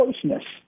closeness